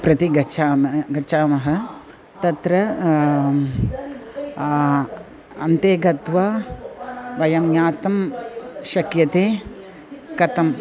प्रति गच्छामः गच्छामः तत्र अन्ते गत्वा वयं ज्ञातुं शक्यते कथम्